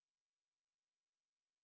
hello ya okay I'm back